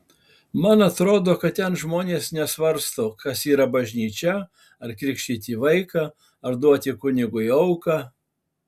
man atrodo kad ten žmonės nesvarsto kas yra bažnyčia ar krikštyti vaiką ar duoti kunigui auką